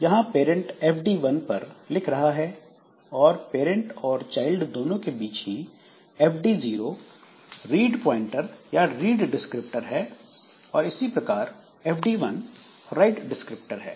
यहां parent fd 1 पर लिख रहा है और पेरेंट्स और चाइल्ड दोनों के लिए ही fd 0 रीड प्वाइंटर या read descriptor read pointer read descriptor है और इसी प्रकार fd 1 राइट डिस्क्रिप्टर है